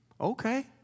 Okay